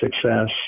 success